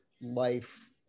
life